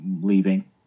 leaving